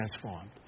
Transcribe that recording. transformed